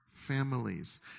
families